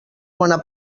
bona